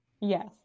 Yes